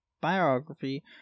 biography